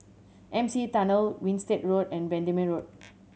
M C E Tunnel Winstedt Road and Bendemeer Road